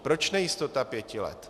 Proč nejistota pěti let?